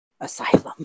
asylum